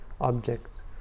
objects